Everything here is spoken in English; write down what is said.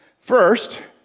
First